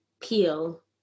peel